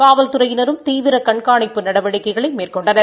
காவல்துறையினரும் தீவிர கண்காணிப்பு நடவடிக்கைகளை மேற்கொண்டனர்